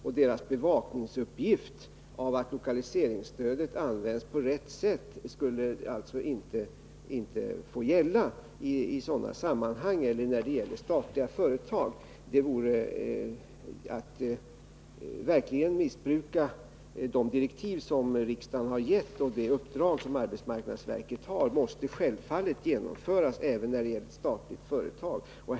Verkets uppgift att bevaka att lokaliseringsstödet används på rätt sätt skulle alltså inte få gälla i sådana sammanhang -— eller i fråga om statliga företag. Det vore verkligen att missbruka de direktiv som riksdagen har gett. Det uppdrag som arbetsmarknadsverket har fått måste självfallet genomföras även när det gäller ett statligt företag.